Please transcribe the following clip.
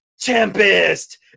tempest